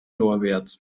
norbert